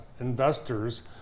investors